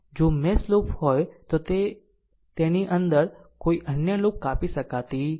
જો mesh loop હોય તો તે તેની અંદર કોઈ અન્ય લૂપ કાપી શકતી નથી